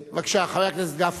בבקשה, חבר הכנסת גפני.